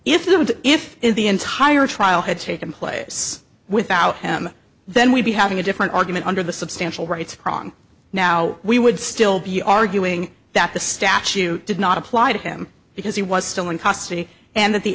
would if the entire trial had taken place without him then we'd be having a different argument under the substantial rights prong now we would still be arguing that the statute did not apply to him because he was still in custody and that the